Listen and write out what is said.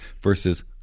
versus